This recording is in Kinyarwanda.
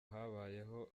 habayeho